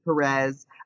Perez